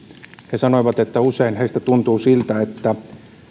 he sanoivat että usein heistä tuntuu siltä että